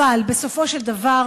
אבל בסופו של דבר,